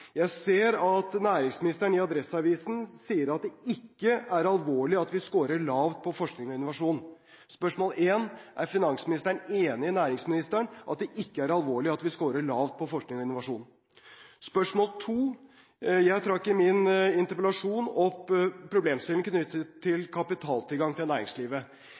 Jeg ser at næringsministeren i Adresseavisen sier at det ikke er alvorlig at vi scorer lavt på forskning og innovasjon. Spørsmål 1: Er finansministeren enig med næringsministeren i at det ikke er alvorlig at vi scorer lavt på forskning og innovasjon? Spørsmål 2: Jeg trakk i min interpellasjon opp problemstillingen knyttet til kapitaltilgang til næringslivet.